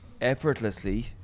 effortlessly